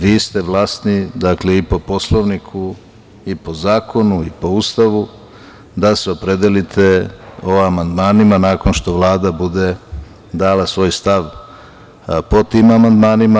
Vi ste vlasni, dakle i po Poslovniku i po zakonu i po Ustavu da se opredelite o amandmanima nakon što Vlada bude dala svoj stav po tim amandmanima.